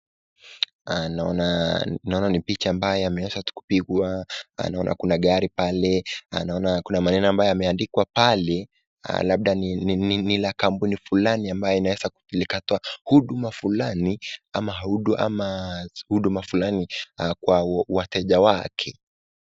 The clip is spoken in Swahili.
Naona naona ni picha ambayo inaonyesha tu kupigwa. Naona kuna gari pale. Naona kuna maneno ambayo yameandikwa pale labda ni la kampuni fulani ambayo inaweza kutoa huduma fulani ama huduma fulani kwa wateja wake.